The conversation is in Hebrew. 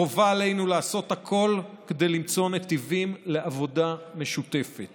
חובה עלינו לעשות הכול כדי למצוא נתיבים לעבודה משותפת